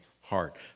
heart